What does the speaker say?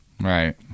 Right